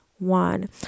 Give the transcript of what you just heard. one